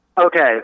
Okay